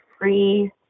free